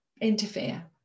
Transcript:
interfere